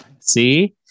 See